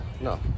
No